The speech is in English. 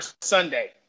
Sunday